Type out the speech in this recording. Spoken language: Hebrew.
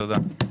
תודה.